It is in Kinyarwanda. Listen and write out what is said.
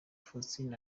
faustin